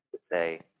say